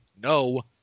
No